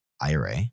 IRA